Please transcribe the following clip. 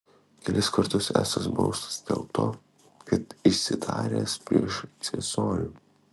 kelis kartus esąs baustas dėl to kad išsitaręs prieš ciesorių